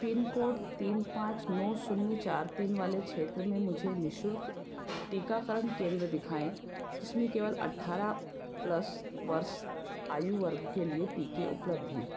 pin code तीन पाँच नौ शून्य चार तीन वाले क्षेत्र में मुझे निःशुल्क टीकाकरण केंद्र दिखाएँ जिसमें केवल अट्ठारह प्लस वर्ष आयु वर्ग के लिए टीके उपलब्ध हैं